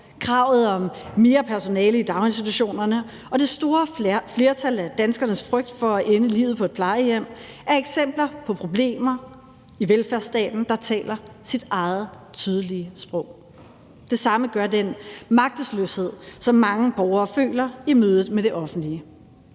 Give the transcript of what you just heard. kravet om mere personale i daginstitutionerne og det store flertal af danskernes frygt for at ende livet på plejehjem er eksempler på problemer i velfærdsstaten, der taler deres eget tydelige sprog. Det samme gør den magtesløshed, som mange borgere føler i mødet med det offentlige.